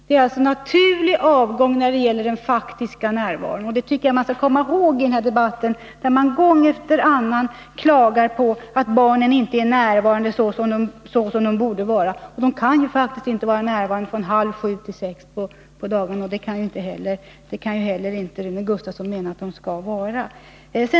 Det är alltså fråga om en naturlig avgång när det gäller den faktiska närvaron, och jag tycker att vi bör komma ihåg det i denna debatt, där det gång efter annan klagas på att barnen inte är närvarande som de borde vara. De kan faktiskt inte vara närvarande från halv sju på morgonen till sex på eftermiddagen — och inte heller Rune Gustavsson kan mena att de skall vara det.